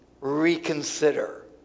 reconsider